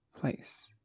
place